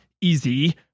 easy